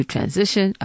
Transition